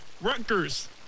Rutgers